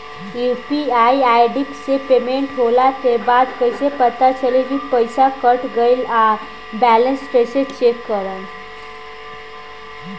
UPI ID से payment होला के बाद कइसे पता चली की पईसा कट गएल आ बैलेंस कइसे चेक करम?